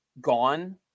gone